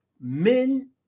men